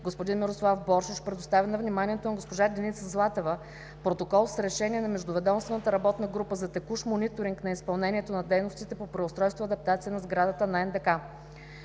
господин Мирослав Боршош предоставя на вниманието на госпожа Деница Златева Протокол с решения на Междуведомствената работна група за текущ мониторинг на изпълнението на дейностите по преустройство и адаптация на сградата на НДК,